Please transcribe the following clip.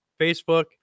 Facebook